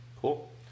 Cool